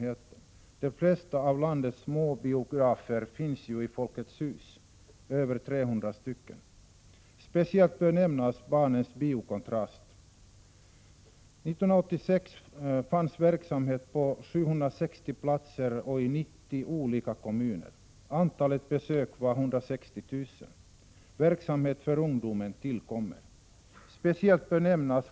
De flesta av landets småbiografer finns ju i Folkets Hus, över 300. Speciellt bör nämnas Barnens Bio Kontrast. År 1986 fanns verksamhet på 760 platser och i 90 olika kommuner. Antalet besök var 160 000. Verksamhet för ungdom tillkommer.